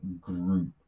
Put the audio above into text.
group